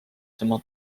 tema